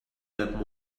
that